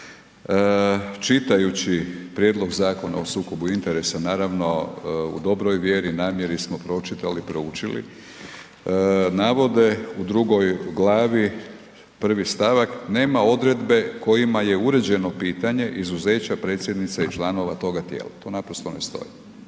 čitajući Prijedlog Zakona o sukobu interesa, naravno u dobroj vjeri, namjeri smo pročitali, proučili navode u II. Glavi, 1. stavak, nema odredbe kojima je uređeno pitanje izuzeća predsjednice i članova toga tijela, to naprosto ne stoji,